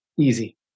Easy